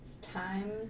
time